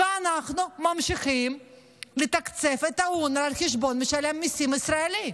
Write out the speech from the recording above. ואנחנו ממשיכים לתקצב את אונר"א על חשבון משלם המיסים הישראלי.